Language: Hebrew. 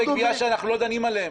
יש שירותי גבייה שאנחנו לא דנים עליהם,